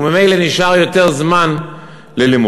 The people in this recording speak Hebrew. וממילא נשאר יותר זמן ללימוד.